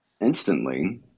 instantly